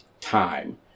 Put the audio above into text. time